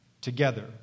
together